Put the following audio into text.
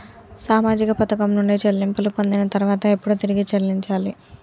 సామాజిక పథకం నుండి చెల్లింపులు పొందిన తర్వాత ఎప్పుడు తిరిగి చెల్లించాలి?